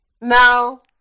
No